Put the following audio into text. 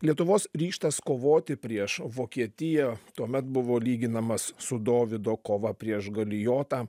lietuvos ryžtas kovoti prieš vokietiją tuomet buvo lyginamas su dovydo kova prieš galijotą